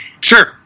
Sure